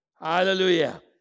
Hallelujah